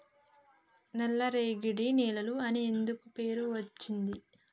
నల్లరేగడి నేలలు అని ఎందుకు పేరు అచ్చింది?